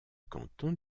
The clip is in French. canton